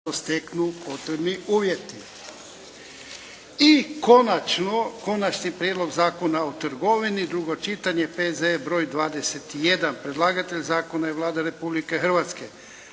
**Jarnjak, Ivan (HDZ)** I konačno - Konačni prijedlog Zakona o trgovini, drugo čitanje, P.Z.E. br. 21 Predlagatelj zakona je Vlada Republike Hrvatske.